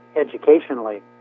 educationally